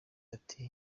ati